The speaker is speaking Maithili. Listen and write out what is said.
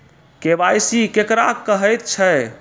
के.वाई.सी केकरा कहैत छै?